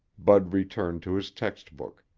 bud returned to his textbook.